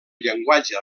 llenguatge